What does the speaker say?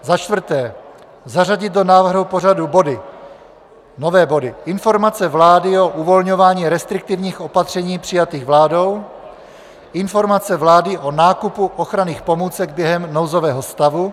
Za čtvrté, zařadit do návrhu pořadu body, nové body: Informace vlády o uvolňování restriktivních opatření přijatých vládou, Informace vlády o nákupu ochranných pomůcek během nouzového stavu.